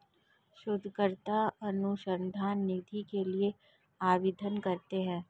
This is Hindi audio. शोधकर्ता अनुसंधान निधि के लिए आवेदन करते हैं